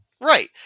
Right